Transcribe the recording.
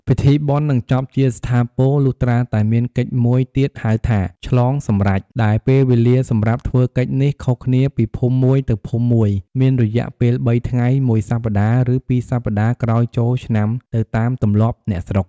ពិធីបុណ្យនឹងចប់ជាស្ថាពរ លុះត្រាតែមានកិច្ចមួយទៀតហៅថា ឆ្លងសម្រេច ដែលពេលវេលាសម្រាប់ធ្វើកិច្ចនេះខុសគ្នាពីភូមិមួយទៅភូមិមួយមានរយៈពេល ៣ ថ្ងៃ ១ សប្តាហ៍ ឬ ២ សប្តាហ៍ក្រោយចូលឆ្នាំ ទៅតាមទម្លាប់អ្នកស្រុក។